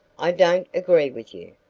i don't agree with you.